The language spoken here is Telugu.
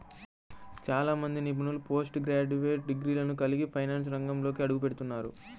చాలా మంది నిపుణులు పోస్ట్ గ్రాడ్యుయేట్ డిగ్రీలను కలిగి ఫైనాన్స్ రంగంలోకి అడుగుపెడుతున్నారు